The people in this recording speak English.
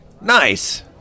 Nice